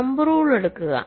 thumb rule എടുക്കുക